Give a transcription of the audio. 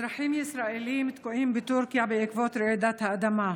אזרחים ישראלים תקועים בטורקיה בעקבות רעידת האדמה.